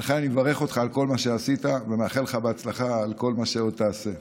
לכן אני מברך אותך על כל מה שעשית ומאחל לך בהצלחה בכל מה שעוד תעשה.